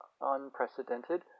unprecedented